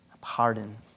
pardon